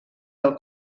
del